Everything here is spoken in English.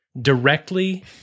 directly